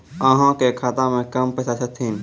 अहाँ के खाता मे कम पैसा छथिन?